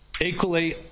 Equally